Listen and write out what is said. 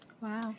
wow